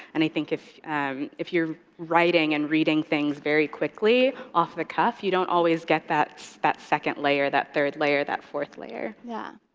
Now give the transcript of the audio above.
and i think if if you're writing and reading things very quickly, off the cuff, you don't always get that so that second layer, that third layer, that fourth layer. yeah.